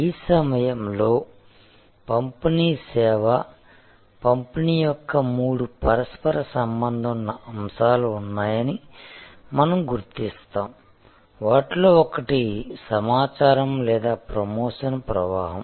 ఈ సమయంలో పంపిణీ సేవ పంపిణీ యొక్క మూడు పరస్పర సంబంధం ఉన్న అంశాలు ఉన్నాయని మనం గుర్తిస్తాం వాటిలో ఒకటి సమాచారం లేదా ప్రమోషన్ ప్రవాహం